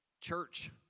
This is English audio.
church